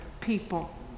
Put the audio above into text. people